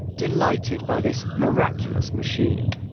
delighted by this miraculous machine